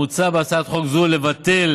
מוצע בהצעת חוק זו לבטל